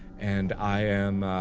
and i am